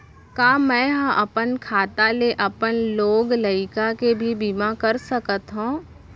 का मैं ह अपन खाता ले अपन लोग लइका के भी बीमा कर सकत हो